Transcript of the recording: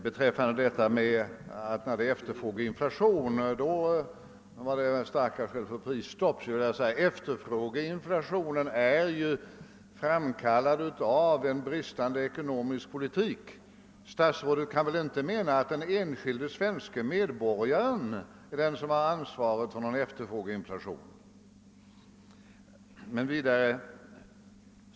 Gentemot talet att en efterfrågeinflation utgör ett starkt skäl för prisstopp vill jag säga att efterfrågeinflationen är framkallad av en bristfällig ekonomisk politik. Statsrådet kan väl inte mena att den enskilde svenske medborgaren bär ansvaret för en efterfrågeinflation?